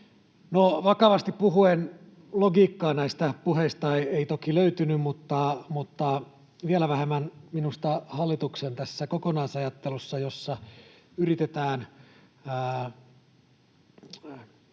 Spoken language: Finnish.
vakavasti puhuen logiikkaa näistä puheista ei toki löytynyt, ja minusta vielä vähemmän tästä hallituksen kokonaisajattelusta, jossa yritetään